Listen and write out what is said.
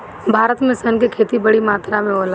भारत में सन के खेती बड़ी मात्रा में होला